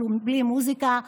ובלי מוזיקה.